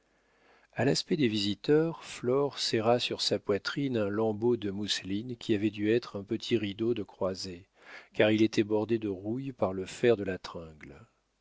a l'aspect des visiteurs flore serra sur sa poitrine un lambeau de mousseline qui avait dû être un petit rideau de croisée car il était bordé de rouille par le fer de la tringle